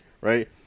right